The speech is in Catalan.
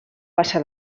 passa